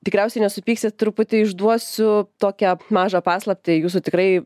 tikriausiai nesupyksit truputį išduosiu tokią mažą paslaptį jūsų tikrai